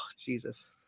Jesus